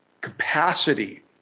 capacity